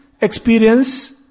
experience